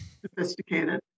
sophisticated